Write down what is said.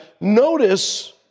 Notice